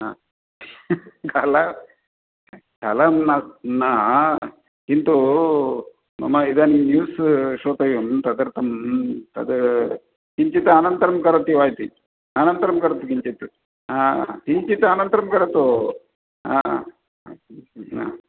हा कल कलहं न किन्तु मम इदानीं न्यूस् श्रोतव्यं तदर्थम् तद् किञ्चित् अनन्तरं करोति वा इति अनन्तरं करोतु किञ्चित् किञ्चित् अनन्तरं करोतु हा